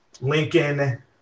Lincoln